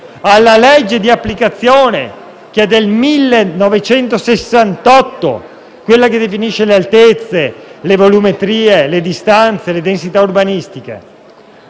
alla legge di applicazione (risalente al 1968 che definisce le altezze, le volumetrie, le distanze e le densità urbanistiche),